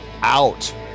out